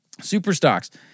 Superstocks